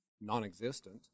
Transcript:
non-existent